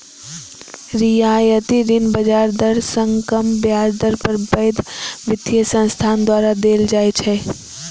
रियायती ऋण बाजार दर सं कम ब्याज दर पर पैघ वित्तीय संस्थान द्वारा देल जाइ छै